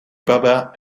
baba